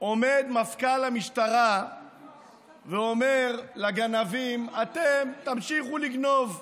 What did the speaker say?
עומד מפכ"ל המשטרה ואומר לגנבים: אתם תמשיכו לגנוב,